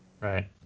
Right